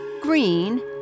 green